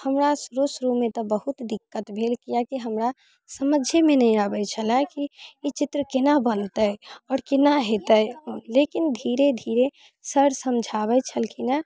हमरा शुरू शुरूमे तऽ बहुत दिक्कत भेल कियाकि हमरा समझेमे नहि आबै छलै की ई चित्र केना बनते आओर केना हेतै लेकिन धीरे धीरे सर समझाबै छलखिन हँ